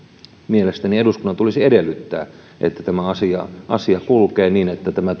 mielestäni eduskunnan tulisi edellyttää että tämä asia asia kulkee niin että tämä